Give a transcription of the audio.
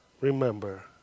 Remember